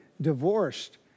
divorced